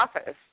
office